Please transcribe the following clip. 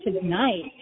tonight